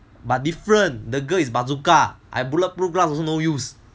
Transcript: but different the girl is bazooka I bulletproof glass also no use